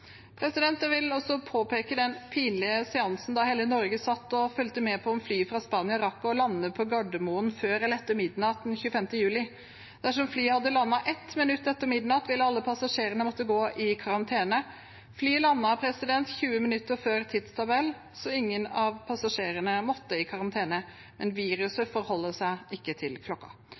Jeg vil også påpeke den pinlige seansen da hele Norge satt og fulgte med på om flyet fra Spania rakk å lande på Gardermoen før midnatt den 25. juli. Dersom flyet hadde landet ett minutt etter midnatt, ville alle passasjerene måttet gå i karantene. Flyet landet 20 minutter før tidstabellen, så ingen av passasjerene måtte i karantene, men viruset forholder seg ikke til